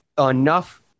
enough